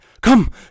come